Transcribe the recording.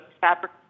fabric